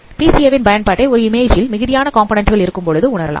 PCA வின் பயன்பாட்டை ஒரு இமேஜில் மிகுதியான காம்போநன்ண்ட் கள் இருக்கும்பொழுது உணரலாம்